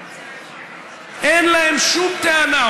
אין להם שום טענה,